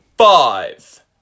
Five